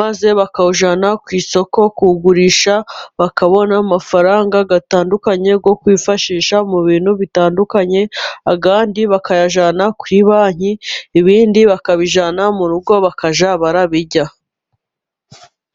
maze bakawujyana ku isoko kugurisha, bakabona amafaranga atandukanye yo kwifashisha mu bintu bitandukanye, andi bakayajyana kuri banki, ibindi bakabijyana mu rugo bakajya barabirya